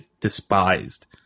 despised